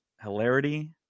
hilarity